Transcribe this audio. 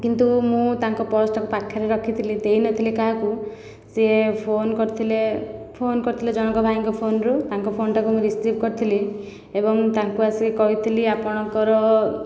କିନ୍ତୁ ମୁଁ ତାଙ୍କ ପର୍ସଟାକୁ ପାଖରେ ରଖିଥିଲି ଦେଇନଥିଲି କାହାକୁ ସିଏ ଫୋନ କରିଥିଲେ ଫୋନ କରିଥିଲେ ଜଣଙ୍କ ଭାଇଙ୍କ ଫୋନରୁ ତାଙ୍କ ଫୋନଟାକୁ ମୁଁ ରିସିଭ କରିଥିଲି ଏବଂ ତାଙ୍କୁ ଆସି କହିଥିଲି ଆପଣଙ୍କର